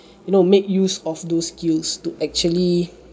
you know make use of those skills to actually